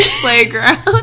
playground